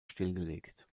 stillgelegt